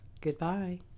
Goodbye